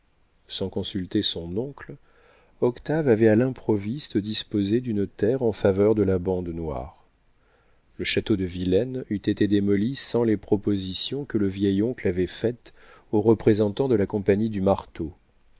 sans consulter son oncle octave avait à l'improviste disposé d'une terre en faveur de la bande noire le château de villaines eût été démoli sans les propositions que le vieil oncle avait faites aux représentants de la compagnie du marteau